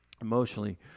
emotionally